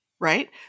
Right